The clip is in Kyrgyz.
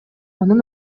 анын